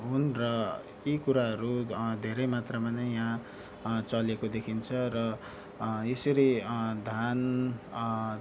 हुन् र यी कुराहरू धेरै मात्रामा नै यहाँ चलेको देखिन्छ र यसरी धान